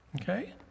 Okay